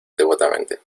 devotamente